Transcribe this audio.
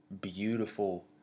Beautiful